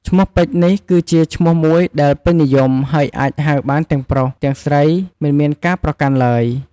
ឈ្មោះពេជ្យនេះគឺជា ឈ្មោះមួយដែលពេញនិយម ហើយអាចហៅបានទាំងប្រុស ទាំងស្រី មិនមានការប្រកាន់ឡើយ។